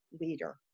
leader